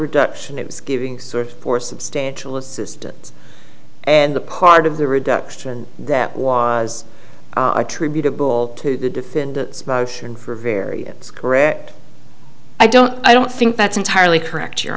reduction it was giving sort of for substantial assistance and the part of the reduction that was attributable to the defendant's motion for a variance correct i don't i don't think that's entirely correct your